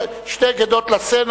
שתי גדות לסן,